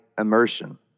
immersion